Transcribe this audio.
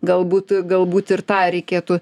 galbūt galbūt ir tą reikėtų